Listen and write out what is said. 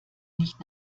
nicht